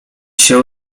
się